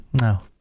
No